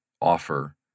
offer